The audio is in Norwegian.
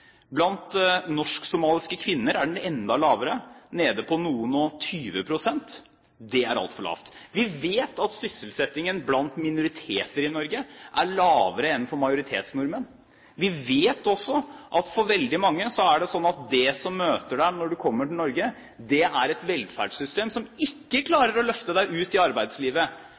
Blant norsk-somaliske kvinner er den enda lavere, nede på noen og tyve prosent. Det er altfor lavt. Vi vet at sysselsettingen blant minoriteter i Norge er lavere enn blant majoritetsnordmenn. Vi vet også at for veldig mange er det sånn at det som møter deg når du kommer til Norge, er et velferdssystem som ikke klarer å løfte deg ut i arbeidslivet,